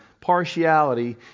Partiality